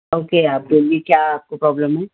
okay آپ بولیے کیا آپ کو پرابلم ہے